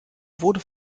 wurde